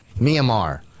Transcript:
Myanmar